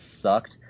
sucked